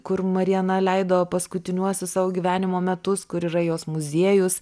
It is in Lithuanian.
kur marijana leido paskutiniuosius savo gyvenimo metus kur yra jos muziejus